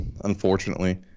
unfortunately